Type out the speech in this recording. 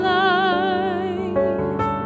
life